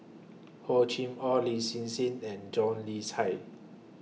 Hor Chim Or Lin Hsin Hsin and John Le Cain